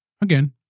Again